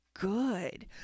good